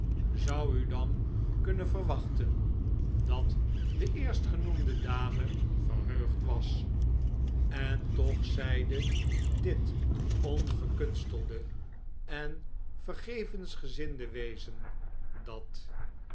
zou u dan kunnen verwachten dat de eerstgenoemde dame verheugd was en toch zeide dit ongekunstelde en vergevensgezinde wezen dat